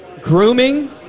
grooming